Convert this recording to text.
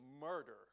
murder